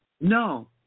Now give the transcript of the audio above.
No